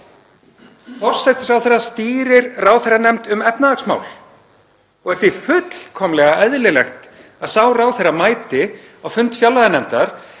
Forsætisráðherra stýrir ráðherranefnd um efnahagsmál og því er fullkomlega eðlilegt að sá ráðherra mæti á fund fjárlaganefndar